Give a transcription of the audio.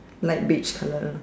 light beach colour